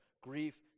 grief